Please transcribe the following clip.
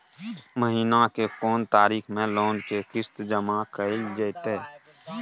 महीना के कोन तारीख मे लोन के किस्त जमा कैल जेतै?